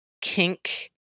kink